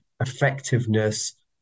effectiveness